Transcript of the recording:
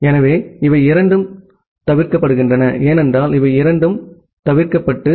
எனவே இவை இரண்டும் தவிர்க்கப்படுகின்றன ஏனென்றால் இவை இரண்டும் தவிர்க்கப்படுகின்றன